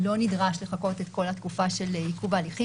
לא נדרש לחכות את כל התקופה של עיכוב ההליכים